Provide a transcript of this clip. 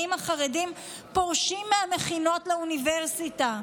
החרדים פורשים מהמכינות לאוניברסיטה.